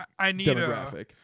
demographic